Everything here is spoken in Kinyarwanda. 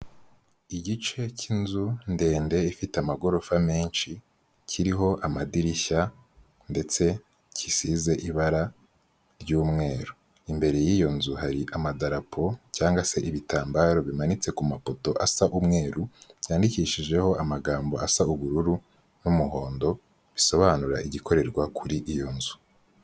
Igice cy'inzu ndende ifite amagorofa menshi kiriho amadirishya ndetse gisize ibara ry'umweru. Imbere y'iyo nzu hari amadarapo cyangwa se ibitambaro bimanitse ku mapoto asa umweru, byandikishijeho amagambo asa ubururu n'umuhondo, bisobanura igikorerwa kuri iyo nzu.